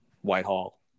Whitehall